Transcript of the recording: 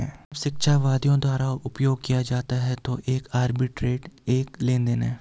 जब शिक्षाविदों द्वारा उपयोग किया जाता है तो एक आर्बिट्रेज एक लेनदेन है